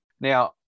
Now